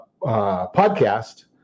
podcast